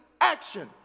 action